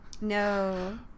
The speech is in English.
No